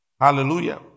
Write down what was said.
Hallelujah